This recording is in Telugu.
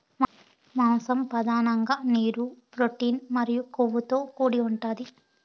మాంసం పధానంగా నీరు, ప్రోటీన్ మరియు కొవ్వుతో కూడి ఉంటాది